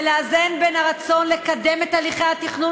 ולאזן בין הרצון לקדם את תהליכי התכנון